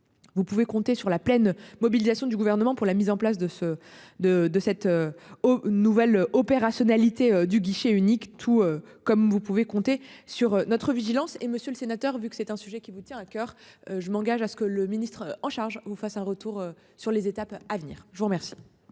Vous pouvez compter sur la pleine mobilisation du gouvernement pour la mise en place de ce, de, de cette. Nouvelle opérationnalité du guichet unique tout comme vous pouvez compter sur notre vigilance et Monsieur le Sénateur, vu que c'est un sujet qui vous tient à coeur. Je m'engage à ce que le ministre en charge vous fasse un retour sur les étapes à venir. Je vous remercie.